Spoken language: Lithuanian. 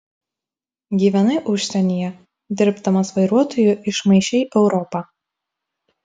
gyvenai užsienyje dirbdamas vairuotoju išmaišei europą